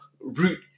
root